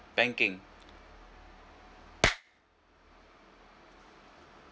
banking